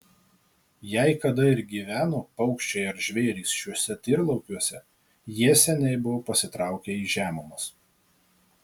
jei kada ir gyveno paukščiai ar žvėrys šiuose tyrlaukiuose jie seniai buvo pasitraukę į žemumas